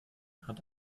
hat